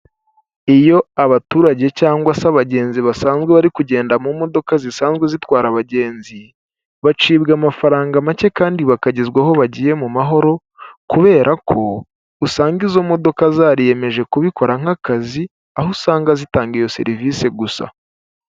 Iyo abaturage cyangwa se abagenzi basanzwe bari kugenda mu modoka zisanzwe zitwara abagenzi bacibwa amafaranga make kandi bakagezwaho bagiye mu mahoro kubera ko usanga izo modoka zariyeyemeje kubikora nk'akazi aho usanga zitanga iyo serivisi gusa.